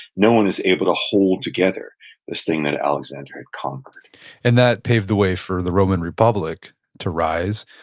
no one is able to hold together this thing that alexander had conquered and that paved the way for the roman republic to rise.